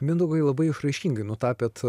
mindaugai labai išraiškingai nutapėt